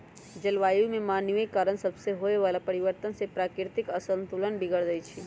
जलवायु में मानवीय कारण सभसे होए वला परिवर्तन से प्राकृतिक असंतुलन बिगर जाइ छइ